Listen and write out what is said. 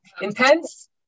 intense